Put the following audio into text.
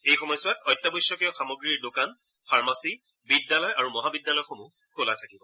এই সময়ছোৱাত অত্যাৱশ্যকীয় সামগ্ৰীৰ দোকান ফাৰ্মচী বিদ্যালয় আৰু মহাবিদ্যালয়সমূহ খোলা থাকিব